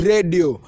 Radio